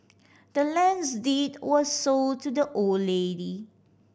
the land's deed was sold to the old lady